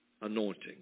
anointing